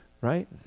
right